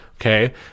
okay